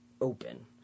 open